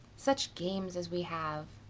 such games as we have.